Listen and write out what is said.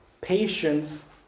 Patience